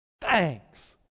Thanks